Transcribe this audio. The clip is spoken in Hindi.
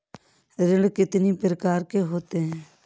ऋण कितनी प्रकार के होते हैं?